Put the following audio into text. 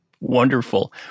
Wonderful